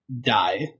die